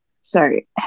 sorry